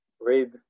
read